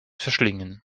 verschlingen